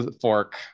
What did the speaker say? fork